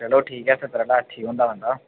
चलो ठीक ऐ सत्तर पार ठीक होंदा बंदा